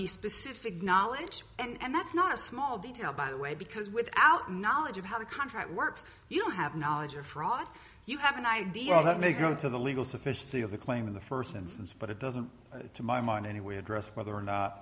the specific knowledge and that's not a small detail by the way because without knowledge of how the contract works you don't have knowledge of fraud you have an idea that may go to the legal sufficiency of the claim in the first instance but it doesn't to my mind anyway address whether or not